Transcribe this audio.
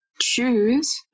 choose